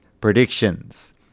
predictions